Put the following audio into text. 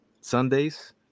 Sundays